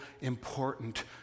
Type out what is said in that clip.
important